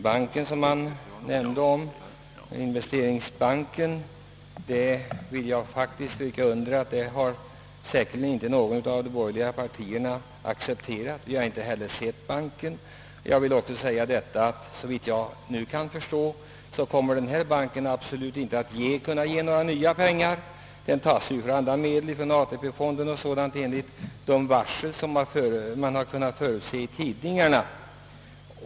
Jag vill stryka under att investeringsbanken, som herr Kristenson här berörde, har säkerligen inte något borgerligt parti accepterat — vi har inte heller sett hur banken skall bli utformad. Jag vill säga inom parentes att denna bank, såvitt jag kan förstå, absolut inte kommer att kunna ge några nya pengar. Den skall ju finansieras av pengar som finns t.ex. ATP-medel och liknande, enligt vad som kunnat utläsas i dagspressen.